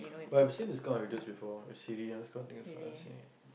but I've seen this kind of videos before with Siri this kind of things also I've seen it